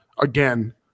again